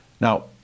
Now